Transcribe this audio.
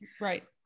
right